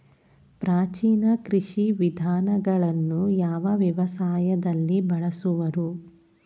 ಪ್ರಾಚೀನ ಕೃಷಿ ವಿಧಾನಗಳನ್ನು ಯಾವ ವ್ಯವಸಾಯದಲ್ಲಿ ಬಳಸುವರು?